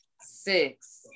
Six